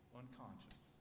unconscious